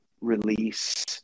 release